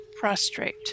prostrate